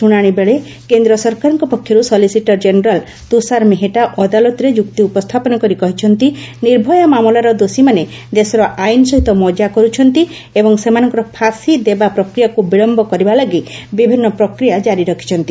ଶୁଣାଶିବେଳେ କେନ୍ଦ୍ର ସରକାରଙ୍କ ପକ୍ଷରୁ ସଲିସିଟର ଜେନେରାଲ୍ ତୁଷାର ମେହେଟା ଅଦାଲତରେ ଯୁକ୍ତି ଉପସ୍ଥାପନ କରି କହିଛନ୍ତି ନିର୍ଭୟା ମାମଲାର ଦୋଷୀମାନେ ଦେଶର ଆଇନ ସହିତ ମଜା କରୁଛନ୍ତି ଏବଂ ସେମାନଙ୍କର ଫାଶୀ ଦେବା ପ୍ରକ୍ରିୟାକୁ ବିଳମ୍ୟ କରିବାଲାଗି ବିଭିନ୍ନ ପ୍ରକ୍ରିୟା ଜାରି ରଖିଛନ୍ତି